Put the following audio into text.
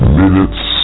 minutes